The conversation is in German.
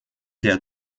der